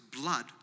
Blood